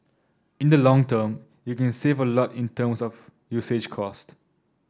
in the long term you can save a lot in terms of usage cost